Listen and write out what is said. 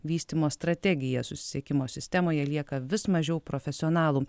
vystymo strategija susisiekimo sistemoje lieka vis mažiau profesionalų